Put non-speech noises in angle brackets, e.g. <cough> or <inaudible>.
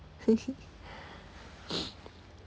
<laughs> <breath>